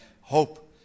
hope